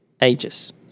ages